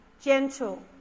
gentle